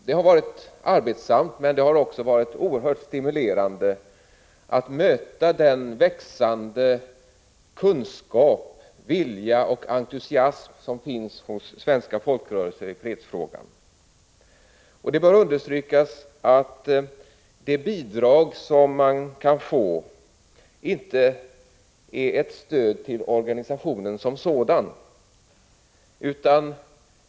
Det har varit arbetsamt, men det har också varit oerhört stimulerande att möta den växande kunskap, vilja och entusiasm som finns hos svenska folkrörelser när det gäller fredsfrågan. Det bör understrykas att det bidrag som man kan få inte är ett stöd till organisationen som sådan.